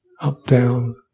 up-down